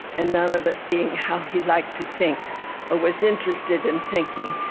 and none of it being how he liked to think or was interested in thinking.